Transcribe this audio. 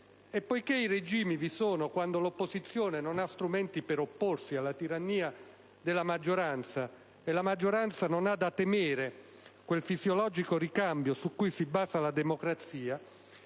E poiché i regimi vi sono quando l'opposizione non ha strumenti per opporsi alla tirannia della maggioranza e la maggioranza non ha da temere quel fisiologico ricambio su cui si basa la democrazia,